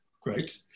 Great